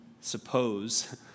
suppose